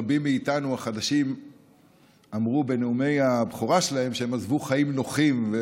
רבים מאיתנו החדשים אמרו בנאומי הבכורה שלהם שהם עזבו חיים נוחים.